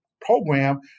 program